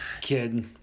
Kid